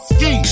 Ski